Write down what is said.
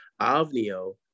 Avnio